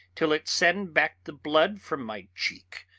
till it send back the blood from my cheek.